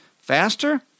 faster